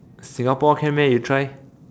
Singapore can meh you try